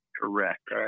Correct